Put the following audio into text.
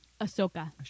Ahsoka